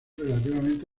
relativamente